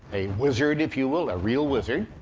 a wizard, if you will, a real wizard.